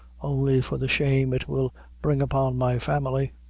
only for the shame it will bring upon my family.